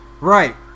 Right